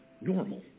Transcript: normal